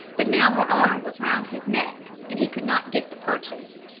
but now her arm was round his neck, and he could not get the purchase.